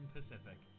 Pacific